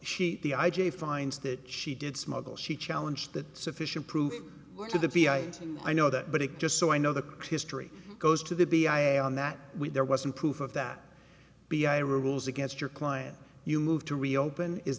sheet the i j a finds that she did smuggle she challenge that sufficient proof to the b i and i know that but it just so i know the history goes to the b i a on that we there wasn't proof of that b i rules against your client you move to reopen is